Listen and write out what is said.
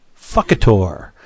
Fuckator